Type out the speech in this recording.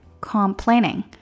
complaining